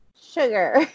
sugar